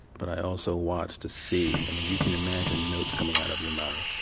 but i also watch to see. i mean you can imagine notes coming out of your mouth.